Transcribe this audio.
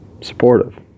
supportive